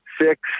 six